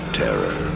terror